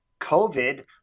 COVID